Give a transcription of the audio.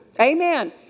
Amen